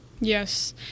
Yes